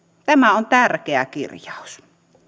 tämä on tärkeä kirjaus